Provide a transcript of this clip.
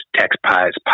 taxpayers